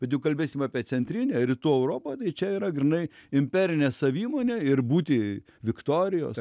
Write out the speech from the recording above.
bet jau kalbėsim apie centrinę rytų europą čia yra grynai imperinė savimonė ir būti viktorijos